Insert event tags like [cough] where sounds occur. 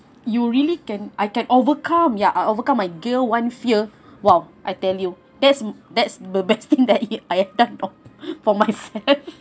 you really can I can overcome ya I overcome I gear one fear !wow! I tell you that's that's the [laughs] best thing that I've done for my for myself